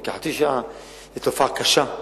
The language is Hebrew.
כחצי שעה: זו תופעה קשה,